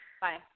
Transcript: Bye